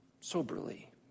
soberly